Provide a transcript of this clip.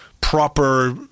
proper